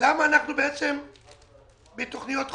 למה אנחנו בתוכניות חומש?